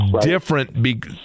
different